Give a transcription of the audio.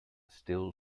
still